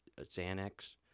Xanax